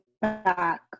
back